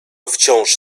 wciąż